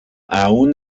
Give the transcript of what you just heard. aún